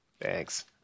Thanks